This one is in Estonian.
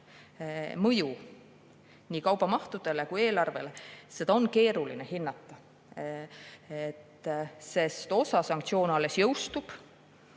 mõju nii kaubamahtudele kui ka eelarvele, siis on seda keeruline hinnata, sest osa sanktsioone alles jõustub